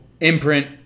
Imprint